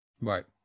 right